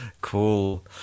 Cool